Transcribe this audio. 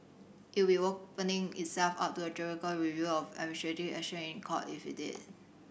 it would be opening itself up to a judicial review of action in Court if it did